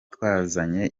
twazanye